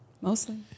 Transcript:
mostly